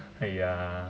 !aiya!